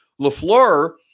Lafleur